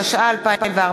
התשע"ה 2014,